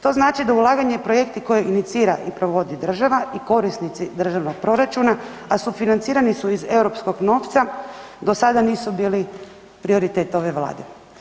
To znači da ulaganje i projekti koje inicira i provodi država i korisnici državnog proračuna, a sufinancirani su iz europskog novca do sada nisu bili prioritet ove vlade.